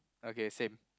okay same